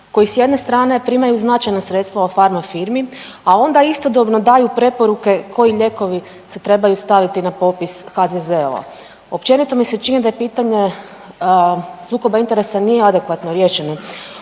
koji s jedne strane primaju značajna sredstva od pharma firmi, a onda istodobno daju preporuke koji lijekovi se trebaju staviti na popis HZZO-a. Općenito mi se čini da je pitanje sukoba interesa nije adekvatno riješeno